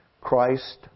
Christ